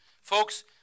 Folks